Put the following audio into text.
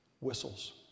Whistles